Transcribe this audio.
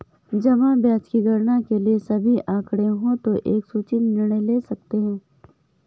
जमा ब्याज की गणना के लिए सभी आंकड़े हों तो एक सूचित निर्णय ले सकते हैं